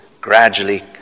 gradually